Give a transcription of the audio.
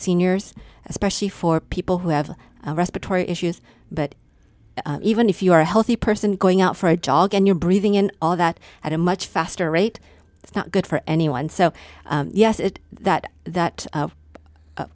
seniors especially for people who have respiratory issues but even if you are a healthy person going out for a jog and you're breathing in all that at a much faster rate it's not good for anyone so yes it that that